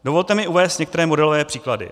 Dovolte mi uvést některé modelové příklady.